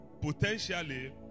Potentially